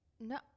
No